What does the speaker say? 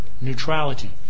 neutrality